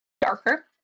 darker